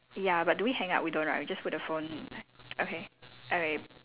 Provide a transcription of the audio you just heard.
ya but do we hang up we don't right we just put the phone okay okay